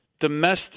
domestic